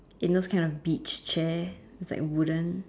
in those kind of beach chair is like wooden